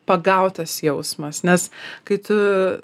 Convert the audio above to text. pagautas jausmas nes kai tu